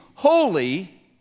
holy